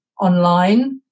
online